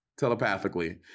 telepathically